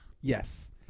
Yes